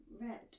red